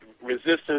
resistance